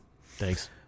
Thanks